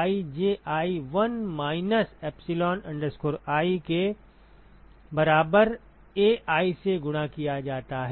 I Ji 1 minus epsilon i के बराबर Ai से गुणा किया जाता है